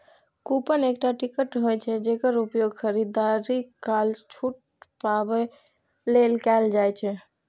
coupon एकटा ticket होइ छै, जेकर उपयोग खरीदारी काल छूट पाबै लेल कैल जाइ छै